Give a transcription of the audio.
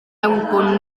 mewnbwn